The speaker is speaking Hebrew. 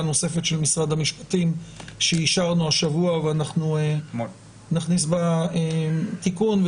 נוספת של משרד המשפטים שאישרנו השבוע ואנחנו נכניס בה תיקון,